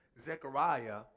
Zechariah